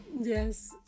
yes